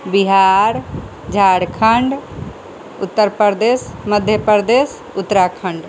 Bihar Jharkhand Uttar Pradesh Madhya Pradesh Uttarakhand